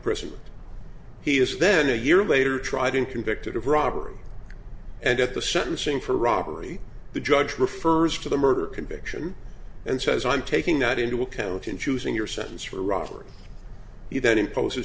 prison he is then a year later tried and convicted of robbery and at the sentencing for robbery the judge refers to the murder conviction and says i'm taking that into account in choosing your sentence for robbery he then impose